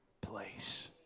place